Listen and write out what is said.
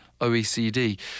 OECD